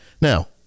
Now